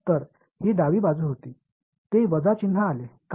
तर ती डावि बाजू होती ते वजा चिन्ह आले कारण